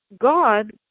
God